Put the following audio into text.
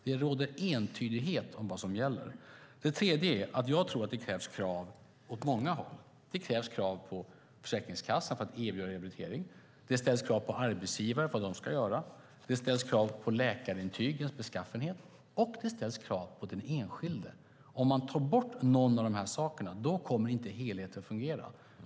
Det råder entydighet om vad som gäller. Det tredje är att jag tror att det behövs krav åt många håll. Det behövs krav på Försäkringskassan att de ska erbjuda rehabilitering. Det ställs krav på arbetsgivare om vad de ska göra. Det ställs krav på läkarintygens beskaffenhet. Och det ställs krav på den enskilde. Om man tar bort någon av dessa saker kommer inte helheten att fungera.